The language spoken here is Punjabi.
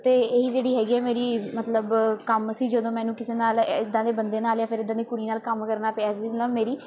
ਅਤੇ ਇਹੀ ਜਿਹੜੀ ਹੈਗੀ ਆ ਮੇਰੀ ਮਤਲਬ ਕੰਮ ਸੀ ਜਦੋਂ ਮੈਨੂੰ ਕਿਸੇ ਨਾਲ਼ ਇੱਦਾਂ ਦੇ ਬੰਦੇ ਨਾਲ਼ ਜਾਂ ਫਿਰ ਇੱਦਾਂ ਦੀ ਕੁੜੀ ਨਾਲ਼ ਕੰਮ ਕਰਨਾ ਪਿਆ ਜਿਹਦੇ ਨਾਲ਼ ਮੇਰੀ